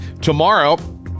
Tomorrow